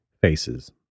faces